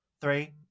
Three